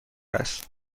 است